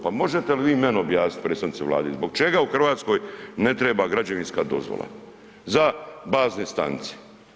Pa možete vi meni objasniti predstavnici Vlade zbog čega u Hrvatskoj ne treba građevinska dozvola za bazne stanice?